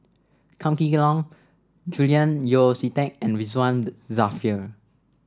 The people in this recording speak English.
Kam Kee Yong Julian Yeo See Teck and Ridzwan Dzafir